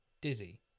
Dizzy